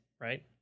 right